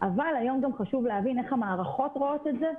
אבל היום גם חשוב להבין איך המערכות רואות את זה,